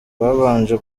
babanje